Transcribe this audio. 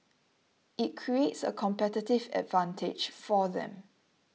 it creates a competitive advantage for them